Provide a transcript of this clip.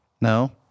No